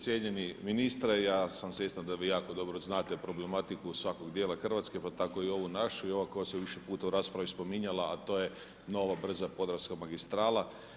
Cijenjeni ministre, ja sam svjestan da vi jako dobro znate problematiku svakog dijela Hrvatske pa tako i ovu našu i ova koja se više puta u raspravi spominjala a to je nova brza podravska magistrala.